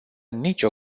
nicio